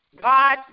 God